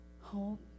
hope